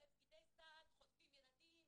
פקידי סעד חוטפים ילדים,